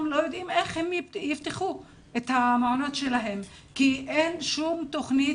לא יודעים איך הם יפתחו את המעונות שלהם כי אין שום תוכנית